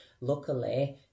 Luckily